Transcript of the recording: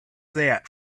that